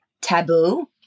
taboo